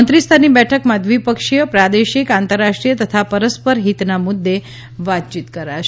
મંત્રી સ્તરની બે બેઠકોમાં દ્વિપક્ષીય પ્રાદેશિક આંતરરાષ્ટ્રીય તથા પરસ્પર હિતના મુદ્દે વાતચીત કરાશે